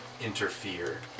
interfere